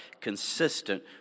consistent